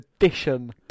edition